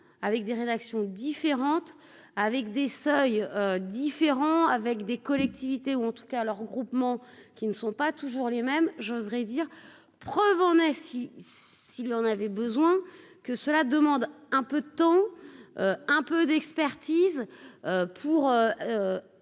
avec des rédactions différentes, avec des seuils différents avec des collectivités ou en tout cas leurs groupements qui ne sont pas toujours les mêmes, j'oserais dire, preuve en est : si, si, il y en avait besoin que cela demande un peu de temps un peu d'expertise pour